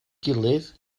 gilydd